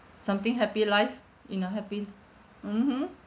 something happy life in a happy mmhmm